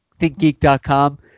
ThinkGeek.com